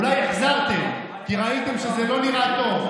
אולי החזרתם כי ראיתם שזה לא נראה טוב,